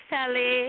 Sally